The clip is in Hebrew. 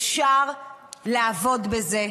אפשר לעבוד בזה.